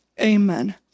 Amen